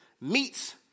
meets